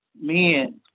men